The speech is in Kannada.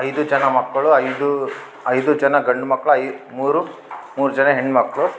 ಐದು ಜನ ಮಕ್ಕಳು ಐದು ಐದು ಜನ ಗಂಡ್ಮಕ್ಳು ಐ ಮೂರು ಮೂರು ಜನ ಹೆಣ್ಮಕ್ಕಳು